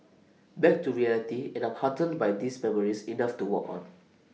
back to reality and I'm heartened by these memories enough to walk on